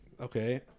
Okay